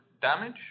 Damage